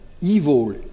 evil